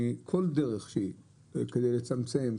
כל דרך שהיא כדי לצמצם,